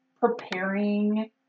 preparing